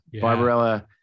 Barbarella